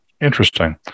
Interesting